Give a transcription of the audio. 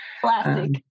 classic